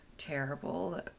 terrible